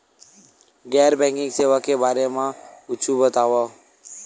गैर बैंकिंग सेवा के बारे म कुछु बतावव?